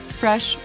fresh